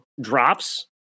drops